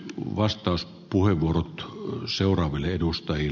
vastauspuheenvuorot on seuran edustajien